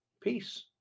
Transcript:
Peace